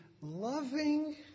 loving